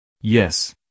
Yes